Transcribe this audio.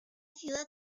ciudad